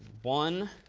one.